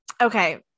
Okay